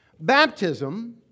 Baptism